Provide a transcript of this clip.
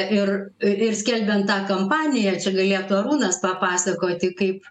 ir ir skelbiant tą kampaniją čia galėtų arūnas papasakoti kaip